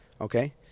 Okay